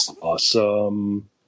Awesome